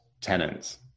tenants